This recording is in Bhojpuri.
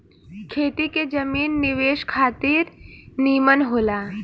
खेती के जमीन निवेश खातिर निमन होला